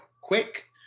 quick